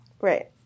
Right